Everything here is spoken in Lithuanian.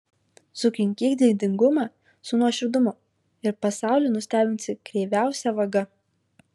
sukinkyk didingumą su nuoširdumu ir pasaulį nustebinsi kreiviausia vaga